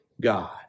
God